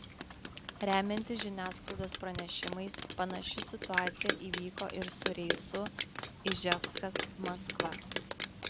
remiantis žiniasklaidos pranešimais panaši situacija įvyko ir su reisu iževskas maskva